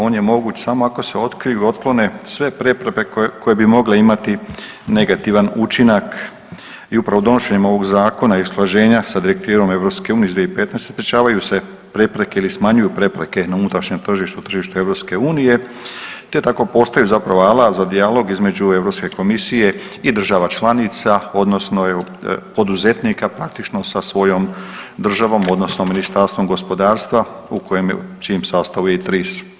On je moguć samo ako se otkriju i otklone sve prepreke koje bi mogle imati negativan učinak i upravo donošenjem ovog zakona i usklađenja sa Direktivom EU iz 2015. sprječavaju se prepreke ili smanjuju prepreke na unutrašnjem tržištu, tržištu EU te tako postaju zapravo alat za dijalog između Europske komisije i država članica odnosno jel poduzetnika praktično sa svojom državom odnosno Ministarstvom gospodarstva u kojem čijem sastavu je i TRIS.